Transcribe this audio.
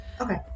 okay